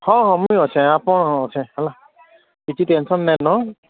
ହଁ ହଁ ମୁଁ ଅଛି ଆପଣ ଅଛି ହେଲା କିଛି ଟେନସନ ନାଇଁ ନ